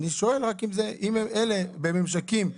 שואל אם אלה בממשקים.